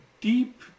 deep